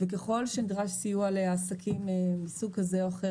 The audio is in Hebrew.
וככל שנדרש סיוע לעסקים מסוג כזה או אחר,